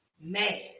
mad